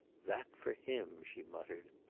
that for him! she muttered.